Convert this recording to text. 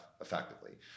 effectively